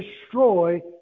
destroy